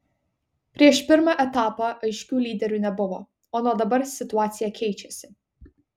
prieš pirmą etapą aiškių lyderių nebuvo o nuo dabar situacija keičiasi